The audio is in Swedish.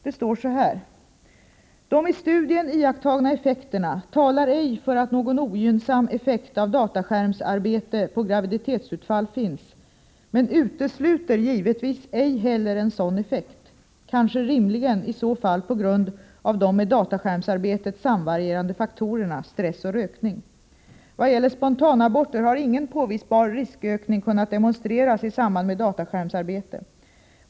Det står så här: ”Deistudien iakttagna effekterna talar ej för att någon ogynnsam effekt av dataskärmsarbete på graviditetsutfall finns men utesluter givetvis ej heller en sådan effekt, kanske rimligen i så fall på grund av de med dataskärmsarbetet samvarierande faktorerna stress och rökning. Vad gäller spontana aborter har ingen påvisbar riskökning kunnat demonstreras i samband med dataskärmsarbete.